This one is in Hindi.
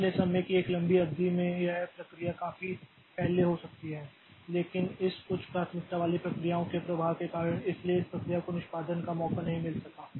इसलिए समय की एक लंबी अवधि में यह प्रक्रिया काफी पहले हो सकती है लेकिन इस उच्च प्राथमिकता वाली प्रक्रियाओं के प्रवाह के कारण इसलिए इस प्रक्रिया को निष्पादन का मौका नहीं मिल सका